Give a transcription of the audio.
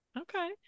okay